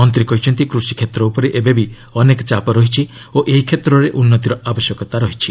ମନ୍ତ୍ରୀ କହିଛନ୍ତି କୃଷି କ୍ଷେତ୍ର ଉପରେ ଏବେବି ଅନେକ ଚାପ ରହିଛି ଓ ଏହି କ୍ଷେତ୍ରରେ ଉନ୍ନତିର ଆବଶ୍ୟକତା ରହିଛି